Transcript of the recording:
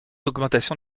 augmentation